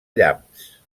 llamps